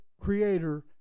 creator